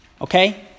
Okay